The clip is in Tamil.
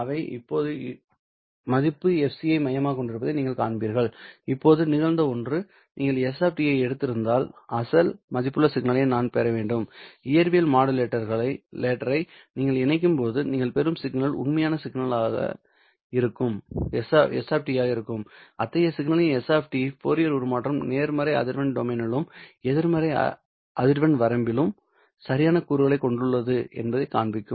அவை இப்போது மதிப்பு fc ஐ மையமாகக் கொண்டிருப்பதை நீங்கள் காண்பீர்கள் இப்போது நிகழ்ந்த ஒன்று நீங்கள் s ஐ எடுத்திருந்தால் அசல் மதிப்புள்ள சிக்னலை நாம் பெற வேண்டும் இயற்பியல் மாடுலேட்டரை நீங்கள் இணைக்கும்போது நீங்கள் பெறும் சிக்னல் உண்மையான சிக்னலாக s இருக்கும் அத்தகைய சிக்னலின் s ஃபோரியர் உருமாற்றம் நேர்மறை அதிர்வெண் டொமைனிலும் எதிர்மறை அதிர்வெண் வரம்பிலும் சரியான கூறுகளைக் கொண்டுள்ளது என்பதைக் காண்பிக்கும்